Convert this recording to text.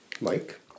Mike